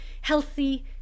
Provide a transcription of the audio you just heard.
healthy